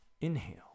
Inhale